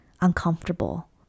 uncomfortable